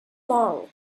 long